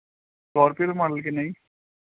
Scorpio ਦਾ model ਕਿੰਨਾ ਜੀ